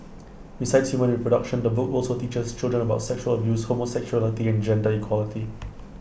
besides human reproduction the book also teaches children about sexual abuse homosexuality and gender equality